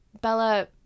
Bella